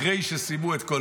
אחרי שסיימו את כל